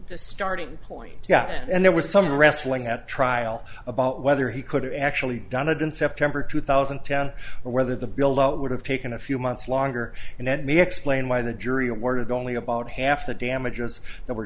the starting point yeah and there was some wrestling at trial about whether he could have actually done it in september two thousand town or whether the buildout would have taken a few months longer and let me explain why the jury awarded only about half the damages that were